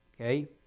Okay